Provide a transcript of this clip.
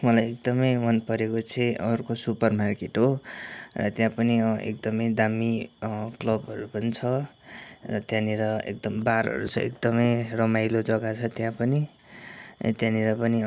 मलाई एकदमै मनपरेको चाहिँ अर्को सुपर मार्केट हो र त्यहाँ पनि एकदमै दामी क्लबहरू पनि छ र त्यहाँनिर एकदम बारहरू छ एकदमै रमाइलो जग्गा छ त्यहाँ पनि त्यहाँनिर पनि